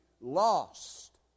lost